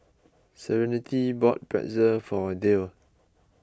Serenity bought Pretzel for Dayle